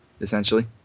Essentially